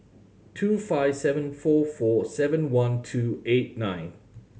two five seven four four seven one two eight nine